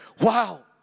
Wow